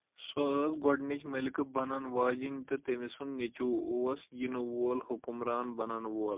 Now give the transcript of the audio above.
سۄ ٲس گۄڈنِچ ملكہ بَنن واجِن تہٕ تمہِ سُنٛد نیٚچُو اوس یِنہٕ وول حُکُمران بَنن وول